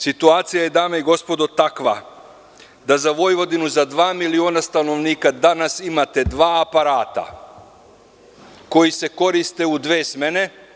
Situacija je, dame i gospodo, takva da za Vojvodinu, za dva miliona stanovnika, danas imate dva aparata koji se koriste u dve smene.